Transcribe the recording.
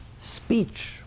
Speech